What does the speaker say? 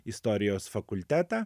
istorijos fakultetą